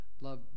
Love